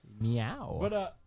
Meow